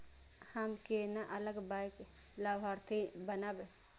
हम केना अलग बैंक लाभार्थी बनब?